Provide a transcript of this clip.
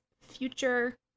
future